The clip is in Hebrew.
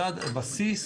זה הבסיס